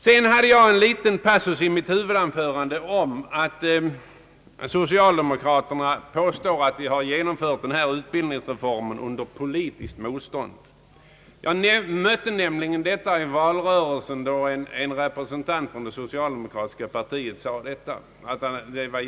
I mitt huvudanförande fanns en liten passus om att socialdemokraterna påstår sig ha genomfört utbildningsreformen under politiskt motstånd från de borgerliga partierna — det yttrandet fälldes i valrörelsen av en representant för det socialdemokratiska partiet.